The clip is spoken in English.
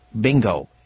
Bingo